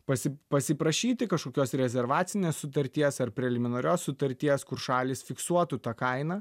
pasi pasiprašyti kažkokios rezervacinės sutarties ar preliminarios sutarties kur šalys fiksuotų tą kainą